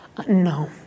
No